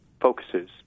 focuses